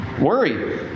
worry